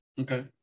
Okay